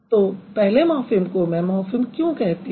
तो पहले मॉर्फ़िम को मैं मॉर्फ़िम क्यों कहती हूँ